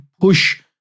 push